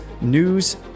news